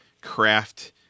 craft